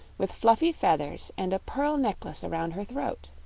with fluffy feathers and a pearl necklace around her throat.